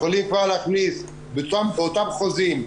יכולים כבר להכניס באותם חוזים,